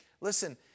listen